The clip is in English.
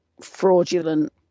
fraudulent